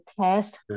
test